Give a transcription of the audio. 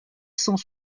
cent